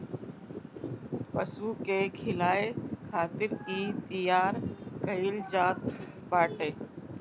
पशु के खियाए खातिर इ तईयार कईल जात बाटे